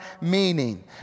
meaning